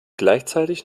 gleichzeitig